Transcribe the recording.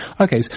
Okay